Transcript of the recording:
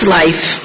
life